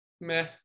Meh